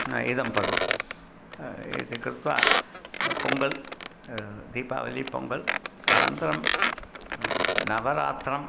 हा इदं पर्वम् इति कृत्वा पोङ्गल् दीपावलिः पोङ्गल् तनन्तरं नवरात्रम्